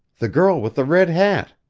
the girl with the red hat!